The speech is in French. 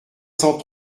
cent